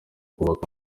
kubaka